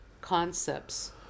concepts